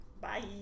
Bye